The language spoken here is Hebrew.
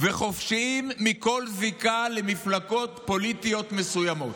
וחופשיים מכל זיקה למפלגות פוליטיות מסוימות.